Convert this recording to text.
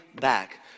back